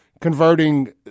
converting